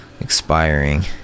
expiring